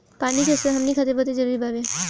पानी के स्रोत हमनी खातीर बहुत जरूरी बावे